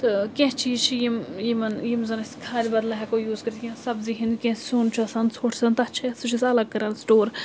تہٕ کینٛہہ چیٖز چھِ یِمن یِم زَن أسہِ کھادِ بدلہٕ ہٮ۪کو یوٗز کٔرِتھ یا سَبزی ہِنٛد کینٛہہ سیُن چھُ آسان ژھۄٹھ چھُ آسان تَتھ چھِ سُہ چھِ أسۍ الگ کَران سِٹور